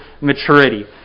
maturity